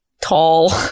tall